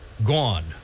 Gone